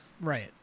Right